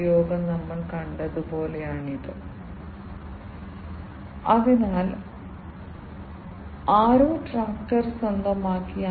അതിനാൽ നമുക്ക് ഇപ്പോൾ വീണ്ടും പിന്നോട്ട് പോയി കുറച്ച് മുന്നോട്ട് നോക്കാം